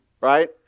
right